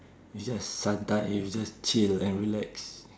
we just sunta~ and we just chill and relax